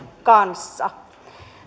kanssa